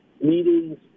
meetings